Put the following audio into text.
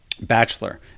Bachelor